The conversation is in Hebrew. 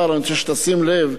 אני רוצה שתשים לב,